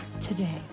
today